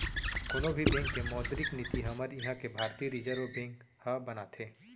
कोनो भी बेंक के मौद्रिक नीति हमर इहाँ के भारतीय रिर्जव बेंक ह बनाथे